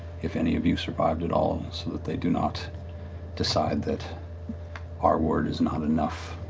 if any of you survived at all, so that they do not decide that our word is not enough.